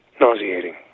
Nauseating